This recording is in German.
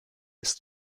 ist